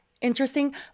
Interesting